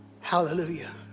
Hallelujah